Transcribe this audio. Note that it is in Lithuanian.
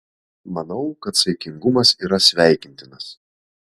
manau kad saikingumas yra sveikintinas